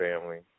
family